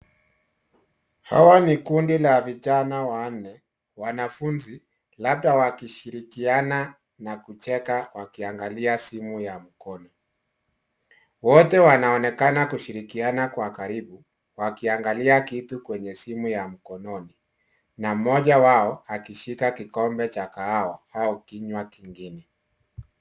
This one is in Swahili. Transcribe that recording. Hawa ni kundi la vijana wanne; wanafunzi, labda wakishirikiana na kucheka wakiangalia simu ya mkono. Wote wanaonekana kushirikiana kwa karibu, wakiangalia kitu kwenye simu ya mkononi na mmoja wao akishika kikombe cha kahawa au kinyuaji kingine.